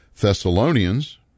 Thessalonians